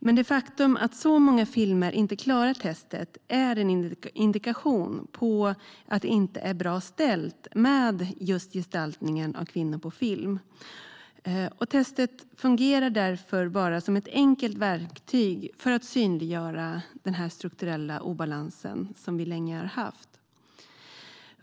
Men det faktum att så många filmer inte klarar testet är en indikation på att det inte är bra ställt med gestaltningen av kvinnor på film. Testet fungerar därför som ett enkelt verktyg för att synliggöra den strukturella obalans som vi länge har haft.